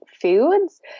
foods